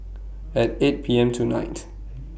At eight P M tonight